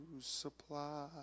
supply